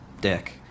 dick